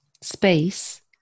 space